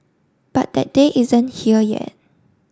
but that day isn't here yet